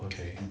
okay